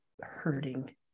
hurting